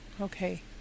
Okay